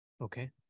Okay